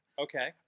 Okay